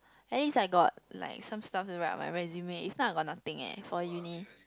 at least like got like some stuff to write on my resume if not I got nothing eh for uni